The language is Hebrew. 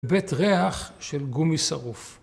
בית ריח של גומי שרוף